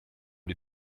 die